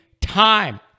time